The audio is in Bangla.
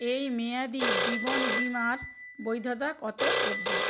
এই মেয়াদি জীবন বিমার বৈধতা কত অবধি